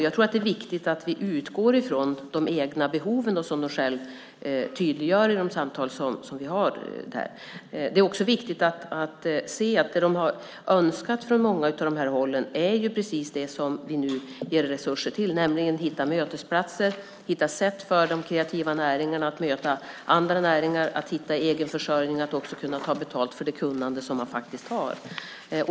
Jag tror att det är viktigt att vi utgår från de behov som de själva tydliggör i de samtal som vi har med dem. Det är också viktigt att se att det man från många av dessa näringar har önskat är precis det som vi nu ger resurser till, nämligen att hitta mötesplatser, att hitta sätt för de kreativa näringarna att möta andra näringar och att hitta egenförsörjning så att man kan ta betalt för det kunnande som man faktiskt har.